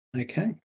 Okay